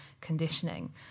conditioning